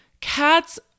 Cats